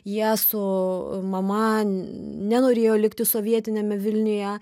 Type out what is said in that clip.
jie su mama nenorėjo likti sovietiniame vilniuje